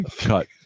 Cut